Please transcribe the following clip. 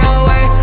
away